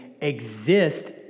exist